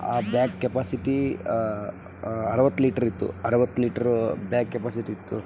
ಆ bag capacity ಅರುವತ್ತು litre ಇತ್ತು ಅರುವತ್ತು ಲೀಟ್ರು ಬ್ಯಾಗ್ ಕೆಪಾಸಿಟಿ ಇತ್ತು